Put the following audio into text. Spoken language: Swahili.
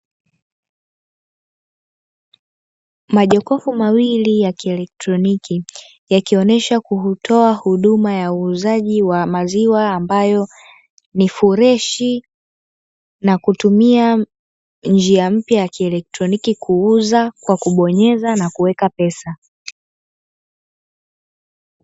Majokofu mawili ya kielektroniki yakionyesha kutoa huduma ya uuzaji wa maziwa ambayo ni freshi, nakutumia njia mpya ya kielektroniki kuuza kwa kubonyeza na kuweka pesa.